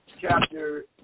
chapter